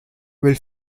will